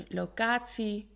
locatie